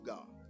God